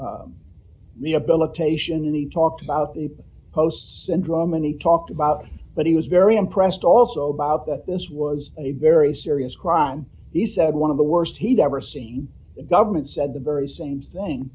the rehabilitation and he talked about the post syndrome and he talked about but he was very impressed also bob this was a very serious crime the said one of the worst he'd ever seen the government said the birds same thing